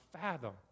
fathom